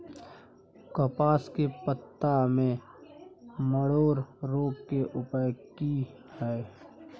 कपास के पत्ता में मरोड़ रोग के उपाय की हय?